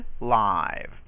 live